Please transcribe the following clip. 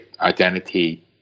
identity